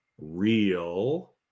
real